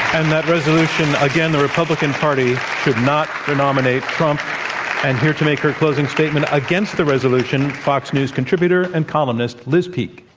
and that resolution again, the republican party should not re-nominate trump. and here to make her closing statement against the resolution, fox news contributor and columnist, liz peek.